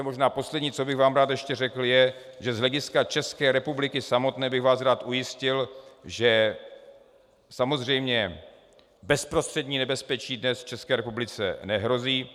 Možná poslední, co bych vám rád ještě řekl, je, že z hlediska České republiky samotné bych vás ujistil, že samozřejmě bezprostřední nebezpečí dnes České republice nehrozí.